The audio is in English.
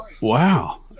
Wow